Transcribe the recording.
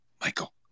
Michael